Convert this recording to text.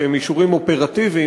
שהם יישובים אופרטיביים,